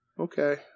Okay